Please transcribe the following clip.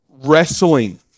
wrestling